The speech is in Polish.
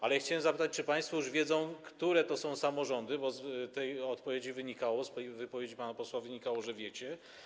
Ale ja chciałem zapytać, czy państwo już wiedzą, które to są samorządy, bo z tej odpowiedzi, z tej wypowiedzi pana posła wynikało, że to wiecie.